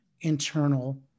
internal